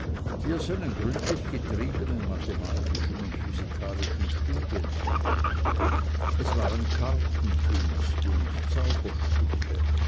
die er seinen gründlich getriebenen mathematischen und physikalischen studien verdankte es waren kartenkünste und zauberstücke